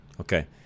Okay